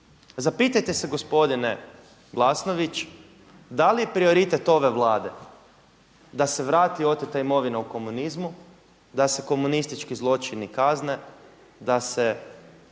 Zapitajte se gospodine Glasnović da li je prioritet ove Vlade da se vrati oteta imovina u komunizmu, da se komunistički zločini kazne, da